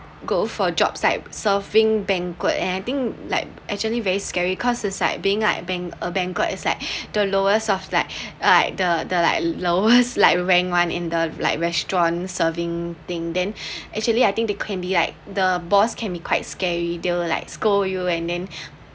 go for jobs like serving banquet and I think like actually very scary cause it's like being like ban~ a banquet is like the lowest of like like the the like lowest like rang one in the like restaurant serving thing then actually I think they can be like the boss can be quite scary they'll like scold you and then